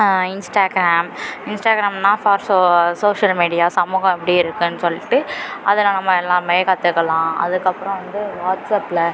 Instagram இன்ஸ்டாகிராம்னால் for so social media சமூகம் எப்படி இருக்குதுனு சொல்லிட்டு அதை நாங்கள் ம எல்லாமே கற்றுக்கலாம் அதுக்கப்புறம் வந்து வாட்ஸ்அப்ல